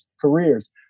careers